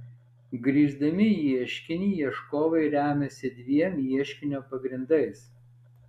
grįsdami ieškinį ieškovai remiasi dviem ieškinio pagrindais